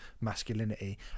masculinity